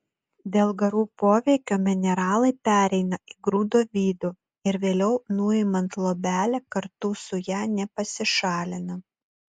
dėl garų poveikio mineralai pereina į grūdo vidų ir vėliau nuimant luobelę kartu su ja nepasišalina